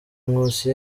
nkusi